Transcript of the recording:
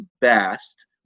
best